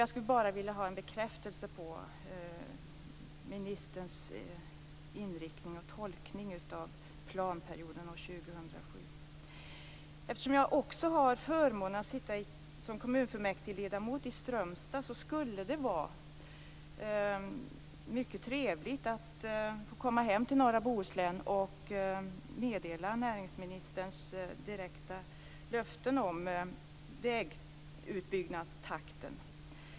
Jag skulle bara vilja få en bekräftelse på ministerns inriktning och tolkning av planperioden till 2007. Eftersom jag har förmånen att sitta som kommunfullmäktigeledamot i Strömstad, skulle det vara mycket trevligt att när jag kommer hem till norra Bohuslän kunna meddela direkta löften från näringsministern om vägutbyggnadstakten.